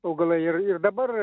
augalai ir ir dabar